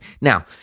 now